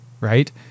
Right